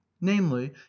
namely